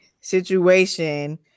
situation